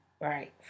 Right